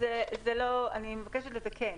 אני מבקשת לתקן.